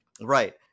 right